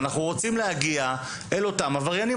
ואנחנו רוצים להגיע אל אותם עבריינים,